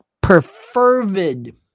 perfervid